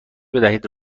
بدهید